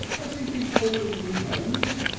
as e been calling you names?